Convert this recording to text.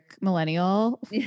millennial